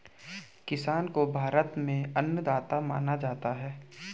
किसान को भारत में अन्नदाता माना जाता है